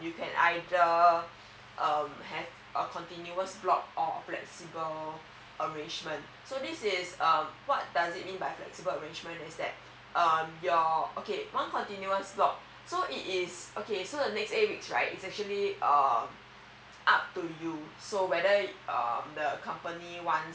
you can either uh have a continuous slot or flexible arrangement so this is um what does it mean by flexible arrangement is that um your okay one continuous slot so it is okay so the next eight weeks right it is actually uh up to you so whether thecompany one